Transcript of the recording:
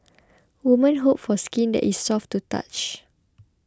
women hope for skin that is soft to touch